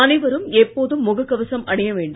அனைவரும் எப்போதும் முகக் கவசம் அணிய வேண்டும்